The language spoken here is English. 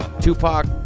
Tupac